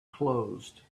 closed